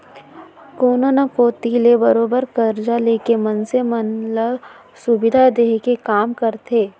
कोनो न कोती ले बरोबर करजा लेके मनसे मन ल सुबिधा देय के काम करथे